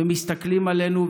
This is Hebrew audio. ומסתכלים עלינו.